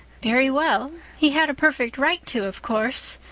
very well. he had a perfect right to, of course.